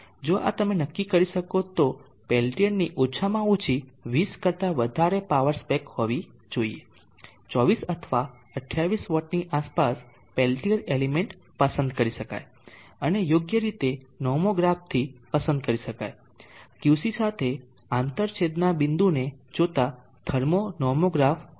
તેથી આ રીતે તમે નક્કી કરી શકો છો કે પેલ્ટીઅરની ઓછામાં ઓછી 20 કરતા વધારે પાવર સ્પેક હોવી જોઈએ 24 અથવા 28 વોટની આસપાસ પેલ્ટીઅર એલિમેન્ટ પસંદ કરી શકાય છે અને યોગ્ય રીતે નોમોગ્રાફથી પસંદ કરી શકાય છે QC સાથે આંતરછેદના બિંદુને જોતા થર્મો નોમોગ્રાફ જોતા હોય છે